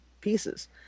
pieces